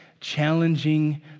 challenging